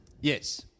Yes